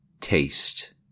taste